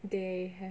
they have